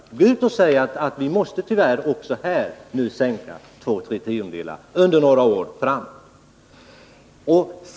Gå i stället ut och säg att vi tyvärr måste sänka biståndsbudgeten med två å tre tiondels procent under några år!